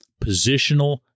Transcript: positional